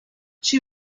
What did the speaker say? she